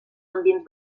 ambients